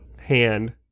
hand